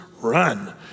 Run